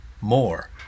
more